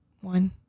One